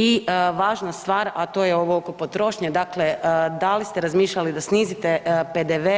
I važna stvar, a to je ovo oko potrošnje, dakle, da li ste razmišljali da snizite PDV